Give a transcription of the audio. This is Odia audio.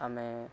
ଆମେ